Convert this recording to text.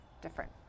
different